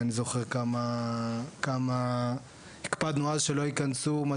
ואני זוכר כמה הקפדנו אז שלא ייכנסו.